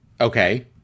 Okay